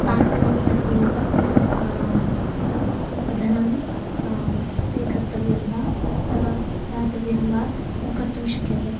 स्पार्ट्पोन्मध्ये एव धनं स्वीकर्तव्यं वा अथवा दातव्यं वा कर्तुं शक्यते